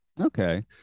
Okay